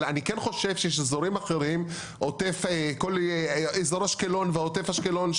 אבל אני כן חושב שיש אזורים אחרים כל אזור אשקלון ועוטף אשקלון,